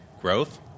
growth